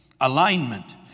alignment